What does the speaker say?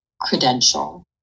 credential